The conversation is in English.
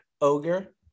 ogre